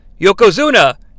Yokozuna